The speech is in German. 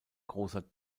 großer